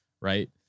Right